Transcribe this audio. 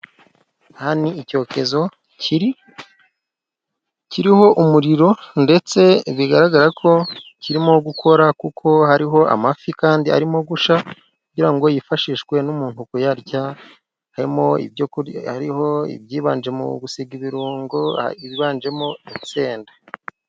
Aha ni icyokezo kiriho umuriro, ndetse bigaragara ko kirimo gukora, kuko hariho amafi, kandi arimo gushya, kugira ngo yifashishwe n'umuntu kuyarya, harimo ibyibanje mu gusiga ibirungo, yiganjemo insenda.